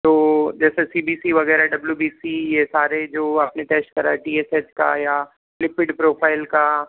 तो जैसे C B C वगैरह डब्ल्यू बी सी ये सारे जो आपने टेस्ट कराए डी एस एस का या लिक्विड प्रोफाइल का